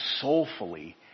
soulfully